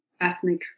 ethnic